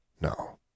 No